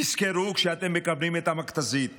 תזכרו, כשאתם מקבלים את המכת"זית